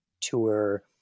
tour